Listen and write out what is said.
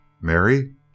Mary